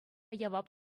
явап